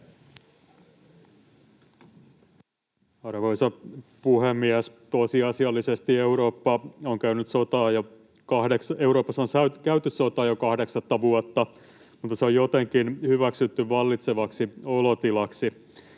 Arvoisa puhemies! Tosiasiallisesti Euroopassa on käyty sotaa jo kahdeksatta vuotta, mutta se on jotenkin hyväksytty vallitsevaksi olotilaksi.